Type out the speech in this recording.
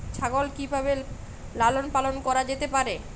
ছাগল কি ভাবে লালন পালন করা যেতে পারে?